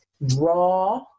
raw